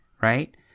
right